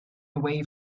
away